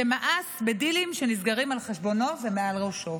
שמאס בדילים שנסגרים על חשבונו ומעל ראשו.